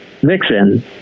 Vixen